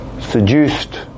seduced